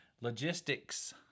logistics